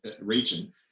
region